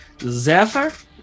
Zephyr